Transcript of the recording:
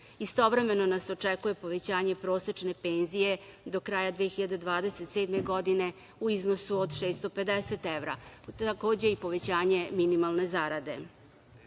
Istovremeno nas očekuje povećanje prosečne penzije do kraja 2027. godine u iznosu od 650 evra. Takođe i povećanje minimalne zarade. Srbija